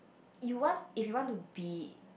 you want if you want to be